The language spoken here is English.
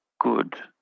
good